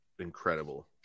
Incredible